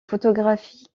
photographies